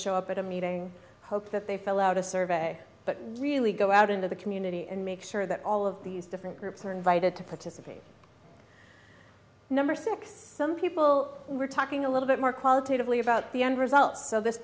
show up at a meeting hope that they fill out a survey but really go out into the community and make sure that all of these different groups are invited to participate number six some people were talking a little bit more qualitatively about the end result so this